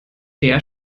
der